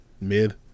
Mid